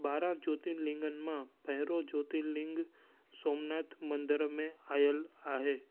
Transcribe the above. ॿारहां ज्योतिर्लिंगनि मां पहिरियों ज्योतिर्लिंग सौमनाथ मंदर में आयल आहे